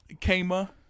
kama